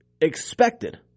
expected